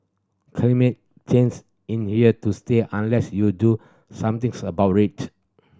climate change in here to stay unless you do something about it